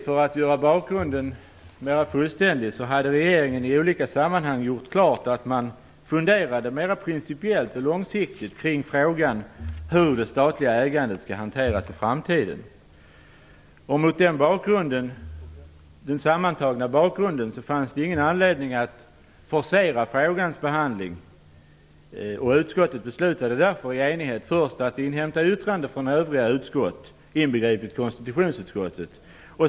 För att göra bakgrunden mera fullständig kan jag nämna att regeringen i olika sammanhang hade gjort klart att man mera principiellt och långsiktigt funderade kring frågan hur det statliga ägandet skall hanteras i framtiden. Mot denna bakgrund fanns det ingen anledning att forcera frågans behandling, och utskottet beslutade därför i enighet först att inhämta yttrande från övriga utskott, inbegripet konstitutionsutskottet.